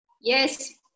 Yes